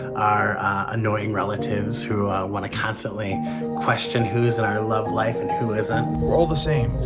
our annoying relatives who wanna constantly question who's in our love life and who isn't. we're all the same,